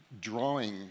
drawing